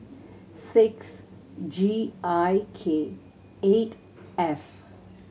six G I K eight F